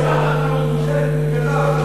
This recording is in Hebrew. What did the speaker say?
המשפט האחרון הוא שקר וכזב.